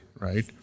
right